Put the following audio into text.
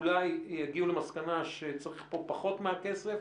אולי יגיעו למסקנה שצריך פה פחות מהכסף,